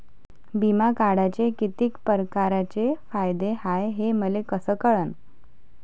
बिमा काढाचे कितीक परकारचे फायदे हाय मले कस कळन?